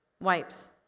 wipes